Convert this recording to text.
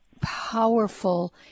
powerful